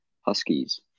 Huskies